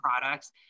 products